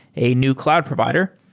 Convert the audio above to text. a new cloud provider.